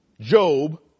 Job